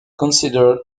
considered